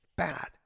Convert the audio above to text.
bad